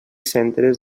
centres